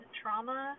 trauma